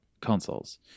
consoles